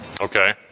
Okay